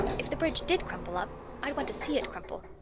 if the bridge did crumple up i'd want to see it crumple.